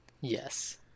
Yes